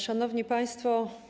Szanowni Państwo!